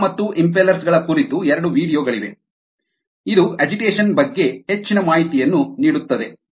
ಮಿಶ್ರಣ ಮತ್ತು ಇಂಫೆಲ್ಲರ್ಸ್ ಗಳ ಕುರಿತು ಎರಡು ವೀಡಿಯೊ ಗಳಿವೆ ಇದು ಅಜಿಟೇಷನ್ ಬಗ್ಗೆ ಹೆಚ್ಚಿನ ಮಾಹಿತಿಯನ್ನು ನೀಡುತ್ತದೆ